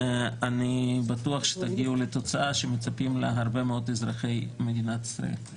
אני בטוח שתגיעו לתוצאה שמצפים לה הרבה מאוד אזרחי מדינת ישראל.